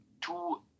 two